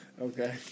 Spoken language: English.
Okay